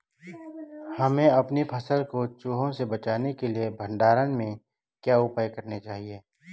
हमें अपनी फसल को चूहों से बचाने के लिए भंडारण में क्या उपाय करने चाहिए?